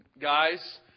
guys